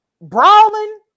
brawling